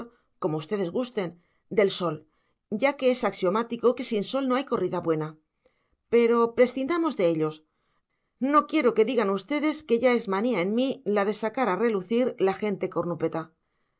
barbarizante o barbarizador como ustedes gusten del sol ya que es axiomático que sin sol no hay corrida buena pero prescindamos de ellos no quiero que digan ustedes que ya es manía en mí la de sacar a relucir la gente cornúpeta